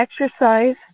exercise